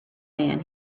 man